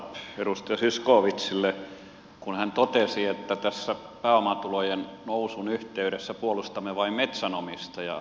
haluan vastata edustaja zyskowiczille kun hän totesi että tässä pääomatulojen nousun yhteydessä puolustamme vain metsänomistajaa